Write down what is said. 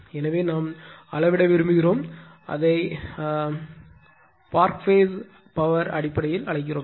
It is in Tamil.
எனவே நாம் அளவிட விரும்புகிறோம் அதை பார்க் பேஸ் பவர் அடிப்படையில் அழைக்கிறோம்